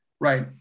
right